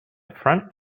front